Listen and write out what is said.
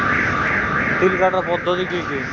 তিল কাটার পদ্ধতি কি কি?